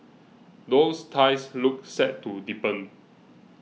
those ties look set to deepen